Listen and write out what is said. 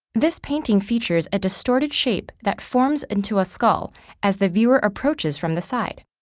this painting features a distorted shape that forms into a skull as the viewer approaches from the side.